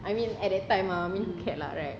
I mean at that time lah I mean who cared lah right